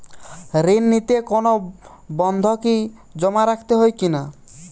ঋণ নিতে কোনো বন্ধকি জমা রাখতে হয় কিনা?